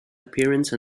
appearance